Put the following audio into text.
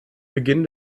beginn